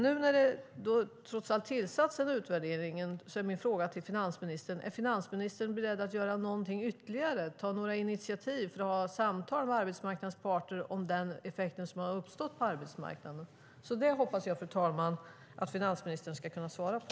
Nu när det trots allt tillsatts en utvärdering är min fråga till finansministern: Är finansministern beredd att göra någonting ytterligare och ta några initiativ för att föra samtal med arbetsmarknadens parter om den effekt som har uppstått på arbetsmarknaden? Det hoppas jag att finansministern ska kunna svara på.